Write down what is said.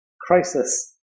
crisis